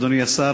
אדוני השר,